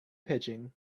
pitching